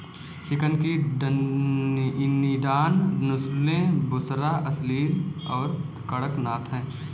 chicken की Indian नस्लें बुसरा, असील और कड़कनाथ हैं